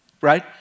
right